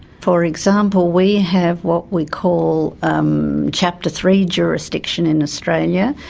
for example, we have what we call um chapter three jurisdiction in australia,